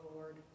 lord